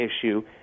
issue